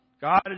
God